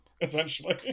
essentially